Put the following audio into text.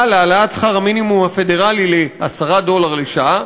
להעלאת שכר המינימום הפדרלי ל-10 דולר לשעה.